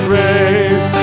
raise